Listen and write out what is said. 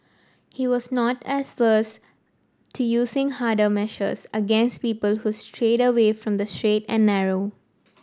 he was not to using harder measures against people who strayed away from the straight and narrow